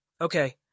Okay